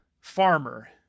Farmer